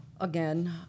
Again